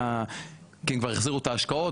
כי הם כבר החזירו את ההשקעות,